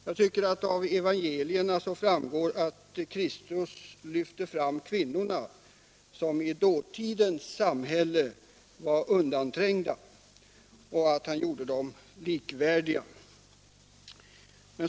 Jag tycker att det av evangelierna framgår att Kristus lyfter fram kvinnorna, som i dåtidens samhälle var undanträngda, och gör dem likvärdiga.